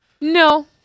No